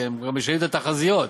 כי גם משנים את התחזיות,